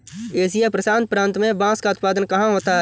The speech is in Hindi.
एशिया प्रशांत प्रांत में बांस का उत्पादन कहाँ होता है?